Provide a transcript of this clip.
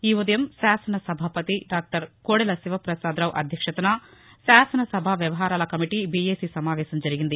ఈ ఉదయం శాసన సభాపతి డాక్టర్ కోడెల శివప్రసాదరావు అధ్యక్షతన శాసనసభ వ్యవహారాల కమిటీ బీఏసీ సమావేశం జరిగింది